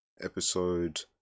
episode